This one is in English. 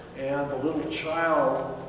and the little child